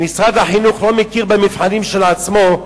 אם משרד החינוך לא מכיר במבחנים של עצמו,